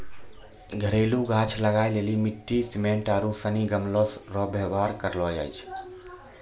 घरेलू गाछ लगाय लेली मिट्टी, सिमेन्ट आरू सनी गमलो रो वेवहार करलो जाय छै